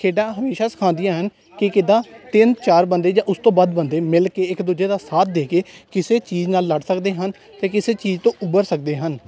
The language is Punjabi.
ਖੇਡਾਂ ਹਮੇਸ਼ਾ ਸਿਖਾਉਂਦੀਆਂ ਹਨ ਕਿ ਕਿੱਦਾਂ ਤਿੰਨ ਚਾਰ ਬੰਦੇ ਜਾਂ ਉਸ ਤੋਂ ਵੱਧ ਬੰਦੇ ਮਿਲ ਕੇ ਇੱਕ ਦੂਜੇ ਦਾ ਸਾਥ ਦੇ ਕੇ ਕਿਸੇ ਚੀਜ਼ ਨਾਲ ਲੜ ਸਕਦੇ ਹਨ ਅਤੇ ਕਿਸੇ ਚੀਜ਼ ਤੋਂ ਉੱਭਰ ਸਕਦੇ ਹਨ